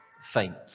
faint